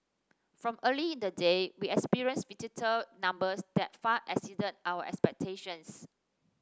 from early in the day we experienced visitor numbers that far exceeded our expectations